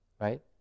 right